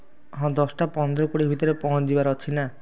ହଁ ଦଶ ଟା ପନ୍ଦର କୋଡ଼ିଏ ଭିତରେ ପହଞ୍ଚିଯିବାର ଅଛି ନା